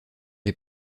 les